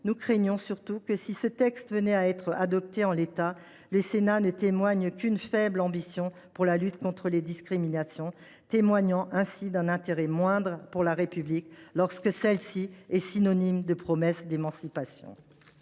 Ils redoutent surtout que, si la proposition de loi venait à être adoptée en l’état, le Sénat ne témoigne qu’une faible ambition dans la lutte contre les discriminations et, ainsi, un intérêt moindre pour la République lorsque celle ci est synonyme de promesse d’émancipation.